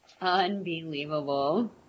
Unbelievable